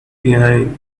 behind